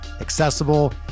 accessible